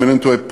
אם אינני טועה,